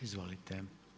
Izvolite.